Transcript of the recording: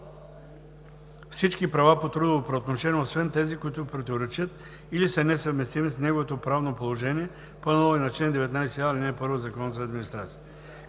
всички права по трудово правоотношение освен тези, които противоречат или са несъвместими с неговото правно положение по аналогия с чл. 19а, ал. 1 от Закона за администрацията.